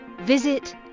Visit